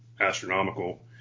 astronomical